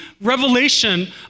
revelation